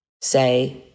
say